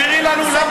תסבירי לנו למה